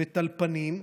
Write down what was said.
וטלפנים,